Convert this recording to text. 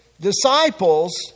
disciples